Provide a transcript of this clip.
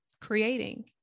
creating